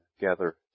gather